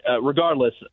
regardless